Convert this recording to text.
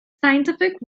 scientific